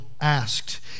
asked